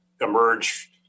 emerge